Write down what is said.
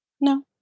No